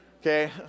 Okay